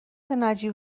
نجیب